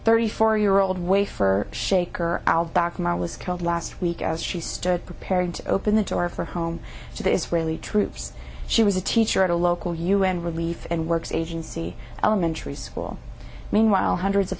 thirty four year old way for shaker al doc maher was killed last week as she stood prepared to open the door for home to the israeli troops she was a teacher at a local un relief and works agency elementary school meanwhile hundreds of